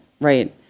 right